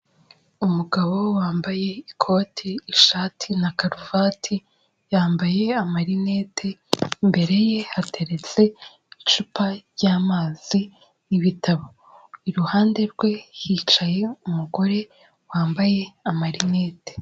Umugabo wambaye ikoti, ishati na karuvati, yambaye amarinete, imbere ye hateretse icupa ry'amazi n'bitabo, iruhande rwe hicaye umugore wambaye amarineti.